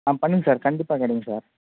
ஆ பண்ணுங்கள் சார் கண்டிப்பாக கிடைக்கும் சார்